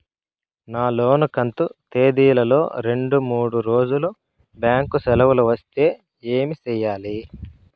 నా లోను కంతు తేదీల లో రెండు మూడు రోజులు బ్యాంకు సెలవులు వస్తే ఏమి సెయ్యాలి?